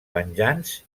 penjants